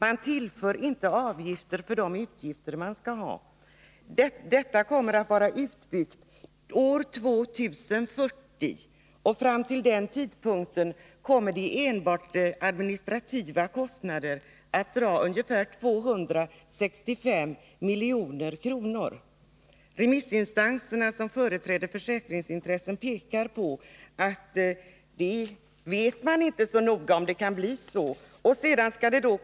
Man tillför inte avgifter för de utgifter som uppstår. Det föreslagna systemet kommer att vara utbyggt år 2040, och fram till den tidpunkten kommer enbart de administrativa kostnaderna att vara ungefär 265 milj.kr. Men de remissinstanser som företräder försäkringsintressen pekar på att man inte vet så noga om det kan bli så som antagits i propositionen.